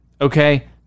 okay